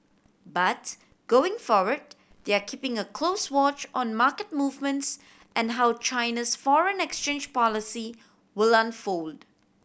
but going forward they are keeping a close watch on market movements and how China's foreign exchange policy will unfold